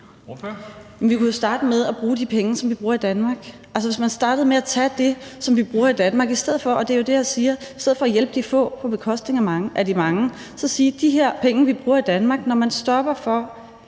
vi kunne jo starte med at bruge de penge, som vi bruger i Danmark. Altså, hvis man startede med at tage det, som vi bruger i Danmark, i stedet for. Det er jo det, jeg siger – i stedet for at hjælpe de få på bekostning af de mange kunne man sige om de penge, vi bruger i Danmark: Når man stopper for